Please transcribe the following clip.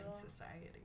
society